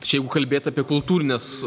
čia jau kalbėt apie kultūrines